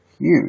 huge